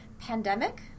Pandemic